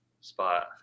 spot